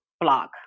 blog